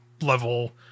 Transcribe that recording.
level